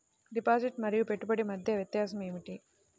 Deposit మరియు పెట్టుబడి మధ్య వ్యత్యాసం ఏమిటీ?